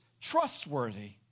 trustworthy